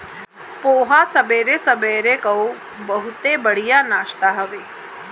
पोहा सबेरे सबेरे कअ बहुते बढ़िया नाश्ता हवे